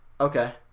Okay